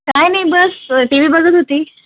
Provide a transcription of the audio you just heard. काही नाही बस टी व्ही बघत होती